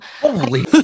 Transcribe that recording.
Holy